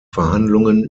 verhandlungen